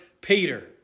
Peter